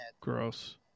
Gross